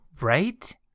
Right